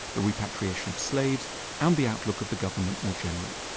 the repatriation of slaves and the outlook of the government more generally.